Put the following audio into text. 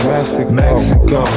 Mexico